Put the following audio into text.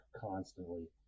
constantly